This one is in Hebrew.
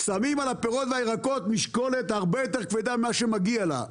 שמים על הפירות והירקות משקולת הרבה יותר כבדה ממה שמגיע לה,